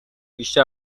بیشتر